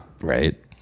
Right